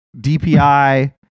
DPI